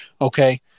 Okay